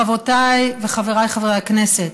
חברותיי וחבריי חברי הכנסת,